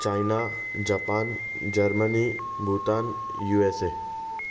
China Japan Germany Bhutan USA